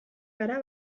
gara